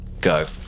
go